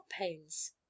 pains